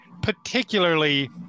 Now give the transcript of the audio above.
Particularly